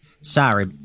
sorry